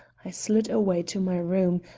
i slid away to my room,